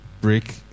break